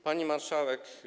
Pani Marszałek!